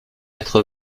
quatre